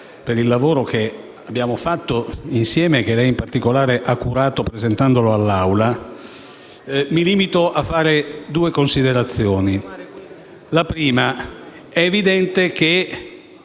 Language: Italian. per il lavoro che abbiamo fatto insieme e che lei in particolare ha curato presentandolo all'Assemblea, mi limiterò a svolgere due considerazioni. Quanto alla prima, è evidente che